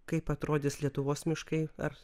kaip atrodys lietuvos miškai ar